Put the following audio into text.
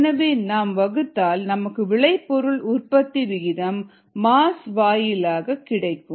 எனவே நாம் வகுத்தால் நமக்கு விளைபொருள் உற்பத்தி விகிதம் மாஸ் வாயிலாக கிடைக்கும்